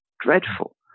dreadful